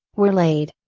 were laid.